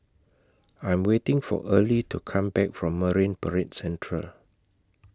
I'm waiting For Early to Come Back from Marine Parade Central